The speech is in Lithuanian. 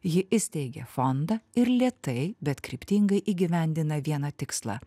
ji įsteigė fondą ir lėtai bet kryptingai įgyvendina vieną tikslą